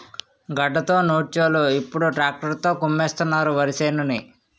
గడ్డతో నూర్చోలు ఇప్పుడు ట్రాక్టర్ తో కుమ్మిస్తున్నారు వరిసేనుని